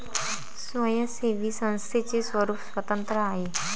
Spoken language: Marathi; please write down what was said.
स्वयंसेवी संस्थेचे स्वरूप स्वतंत्र आहे